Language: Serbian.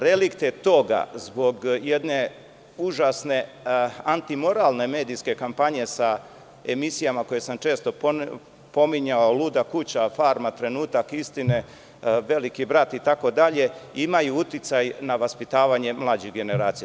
Relikte toga zbog jedne užasne antimoralne medijske kampanje sa emisijama koje sam često pominjao „Luda kuća“, „Farma“, „Trenutak istine“, „Veliki brat“ itd, imaju uticaj na vaspitavanje mlađih generacija.